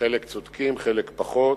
חלק צודקים, חלק פחות,